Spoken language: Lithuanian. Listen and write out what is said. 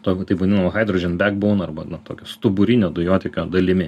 tokiu taip vadinamu haidrodžian beg būn arba nu tokiu stuburinio dujotiekio dalimi